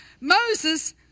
Moses